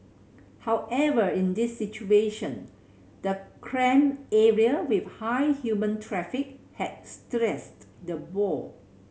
however in this situation the cramped area with high human traffic had stressed the boar